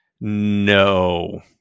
No